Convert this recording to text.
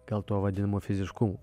gal tuo vadinamu fiziškumu